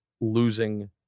losing